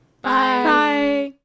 bye